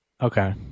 Okay